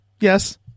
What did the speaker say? Yes